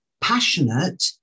passionate